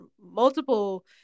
multiple